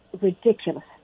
ridiculous